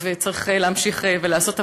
וצריך להמשיך ולעשות.